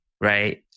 right